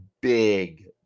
Big